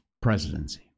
presidency